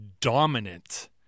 dominant